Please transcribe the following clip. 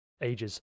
ages